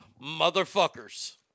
motherfuckers